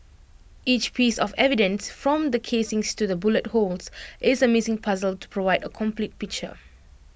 each piece of evidence from the casings to the bullet holes is A missing puzzle to provide A complete picture